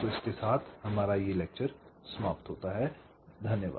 इसके साथ ही हमारा यह व्याख्यान समाप्त होता है I धन्यवाद